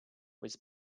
was